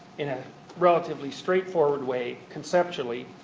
in a relatively straightforward way conceptually,